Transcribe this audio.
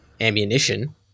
ammunition